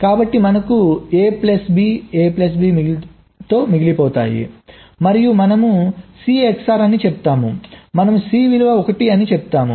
కాబట్టి మనకు A plus B A plus B తో మిగిలిపోతాము మరియు మనము C XOR అని చెప్పాము మనము C విలువ 1 అని చెప్తాము